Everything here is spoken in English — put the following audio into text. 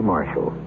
Marshall